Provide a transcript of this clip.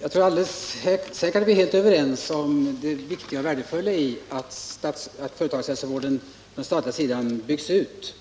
Herr talman! Vi är säkerligen helt överens om det viktiga och värdefulla i att företagshälsovården på det statliga området byggs ut,